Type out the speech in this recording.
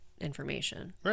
information